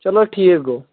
چلو ٹھیٖک گوٚو